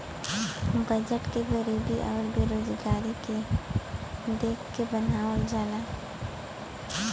budget के गरीबी आउर बेरोजगारी के देख के बनावल जाला